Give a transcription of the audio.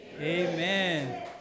Amen